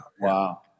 Wow